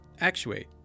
Actuate